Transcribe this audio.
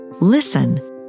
Listen